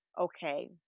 okay